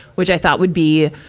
which i thought would be,